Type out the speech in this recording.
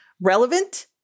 relevant